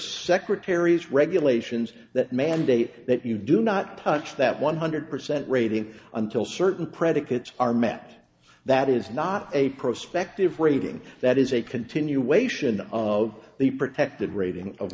secretaries regulations that mandate that you do not touch that one hundred percent rating until certain predicates are met that is not a prospective rating that is a continuation of the protected rating of